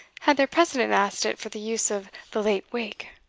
had their president asked it for the use of the late-wake.